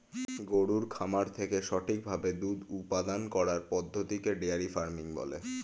গরুর খামার থেকে সঠিক ভাবে দুধ উপাদান করার পদ্ধতিকে ডেয়ারি ফার্মিং বলে